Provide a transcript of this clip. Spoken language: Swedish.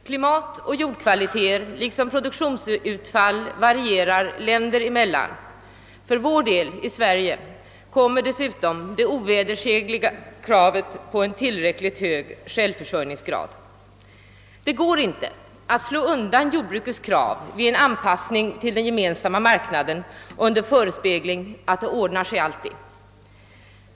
Klimat och jordkvaliteter liksom produktionsutfall varierar länder emellan. För vår del i Sverige kommer dessutom det ovedersägliga kravet på en tillräckligt hög självförsörjningsgrad. Det går inte att slå undan jordbrukets krav vid en anpassning till den gemensamma marknaden under förespegling att det ordnar sig alltid.